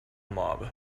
mob